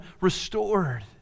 restored